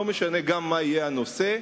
לא משנה גם מה יהיה הנושא,